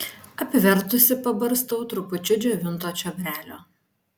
apvertusi pabarstau trupučiu džiovinto čiobrelio